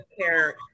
care